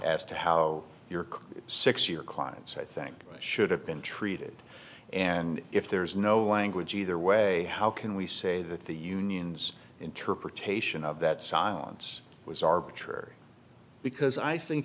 as to how your six year clients i think should have been treated and if there's no language either way how can we say that the unions interpretation of that silence was arbitrary because i think